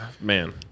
man